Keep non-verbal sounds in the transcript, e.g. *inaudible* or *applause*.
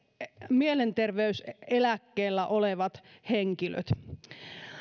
mielenterveyseläkkeellä olevat henkilöt *unintelligible*